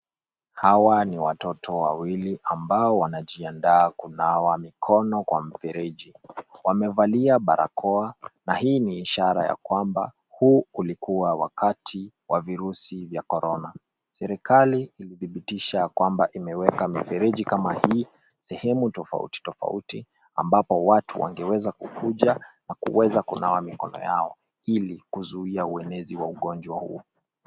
Hawa ni watoto wawili ambao wanajiandaa kunawa mikono kwa mfereji. Wamevalia barakoa, na hii ni ishara ya kwamba, huu ulikuwa wakati wa virusi vya Corona. Serikali ilithibitisha ya kwamba imeweka mifereji kama hii, sehemu tofauti tofauti, ambapo watu wangeweza kukuja, na kuweza kunawa mikono yao, ili kuzuia uenezi wa ugonjwa huu.